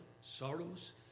sorrows